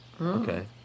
Okay